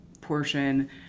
portion